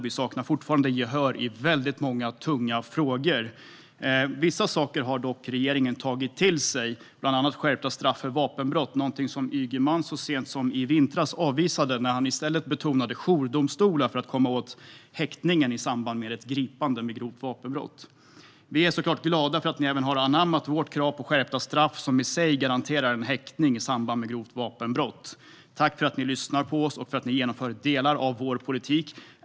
Vi saknar fortfarande gehör i väldigt många tunga frågor. Vissa saker har dock regeringen tagit till sig. Det gäller bland annat skärpta straff för vapenbrott, någonting som Ygeman så sent som i vintras avvisade, när han i stället betonade jourdomstolar för att komma åt häktningen i samband med ett gripande vid grovt vapenbrott. Vi är såklart glada för att ni har anammat vårt krav på skärpta straff, som i sig garanterar häktning i samband med grovt vapenbrott. Tack för att ni lyssnar på oss och för att ni genomför delar av vår politik!